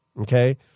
Okay